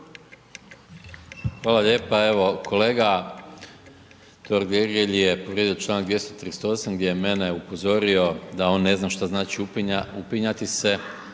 Gordan (SDP)** Evo kolega Totgergelji je povrijedio čl. 238. gdje je mene upozorio da on ne zna šta znači upinjati se,